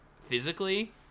physically